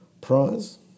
prize